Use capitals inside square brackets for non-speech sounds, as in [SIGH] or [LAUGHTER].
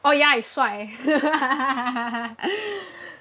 oh ya is 帅 [LAUGHS]